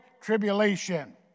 Tribulation